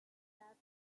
are